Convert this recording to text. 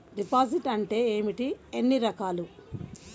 Deposit అంటే ఏమిటీ ఎన్ని రకాలు?